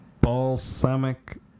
Balsamic